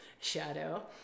shadow